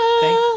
Thank